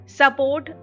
support